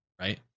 right